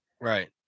Right